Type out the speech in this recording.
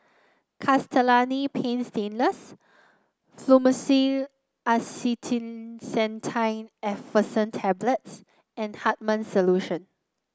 Castellani's Paint Stainless Fluimucil Acetylcysteine Effervescent Tablets and Hartman's Solution